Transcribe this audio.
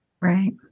Right